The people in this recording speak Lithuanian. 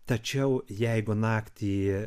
tačiau jeigu naktį